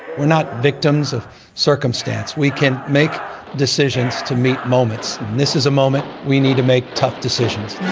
we're not victims of circumstance we can make decisions to meet moments. this is a moment we need to make tough decisions